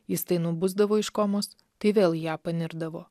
jis tai nubusdavo iš komos tai vėl į ją panirdavo